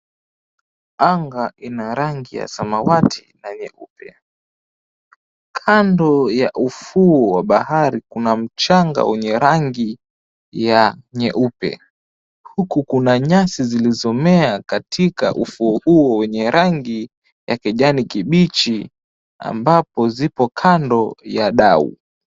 Anga ina rangi ya samawati na nyeupe. Kando ya ufuo wa bahari kuna mchanga wenye rangi ya nyeupe. Huku kuna nyasi zilizomea katika ufuo huo wenye rangi ya kijani kibichi, ambapo zipo kando ya dau.